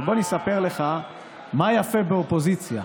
אבל אני אספר לך מה יפה באופוזיציה.